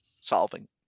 solving